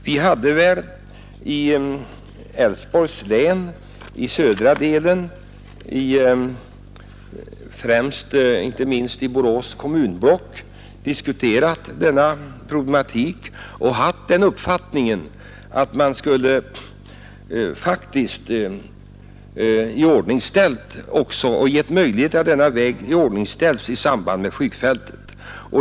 Vi har i södra delen av Älvsborgs län, inte minst i Borås kommunblock, diskuterat denna problematik och har den uppfattningen att man måste iordningställa vägen i samband med flygfältet.